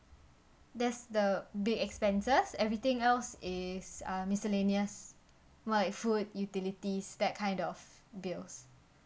that's the big expenses everything else is uh miscellaneous like food utilities that kind of bills